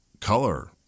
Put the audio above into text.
color